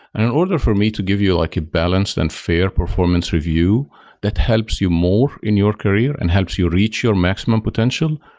and in order for me to give you like a balanced and fair performance review that helps you more in your career and helps you reach your maximum potential,